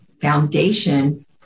foundation